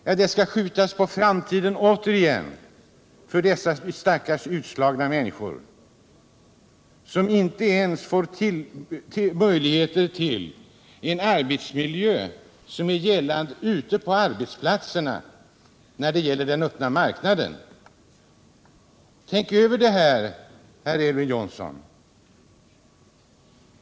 Ja, det skall skjutas på framtiden återigen för dessa stackars utslagna människor som inte ens får möjligheter till den arbetsmiljö som är gällande ute på arbetsplatserna på den öppna marknaden. Tänk över det här, Elver Jonsson!